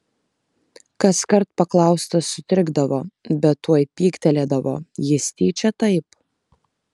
kaskart paklaustas sutrikdavo bet tuoj pyktelėdavo jis tyčia taip